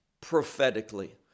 prophetically